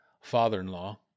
father-in-law